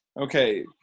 okay